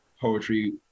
poetry